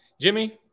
Jimmy